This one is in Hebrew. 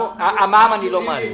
את המע"מ אני לא מעלה.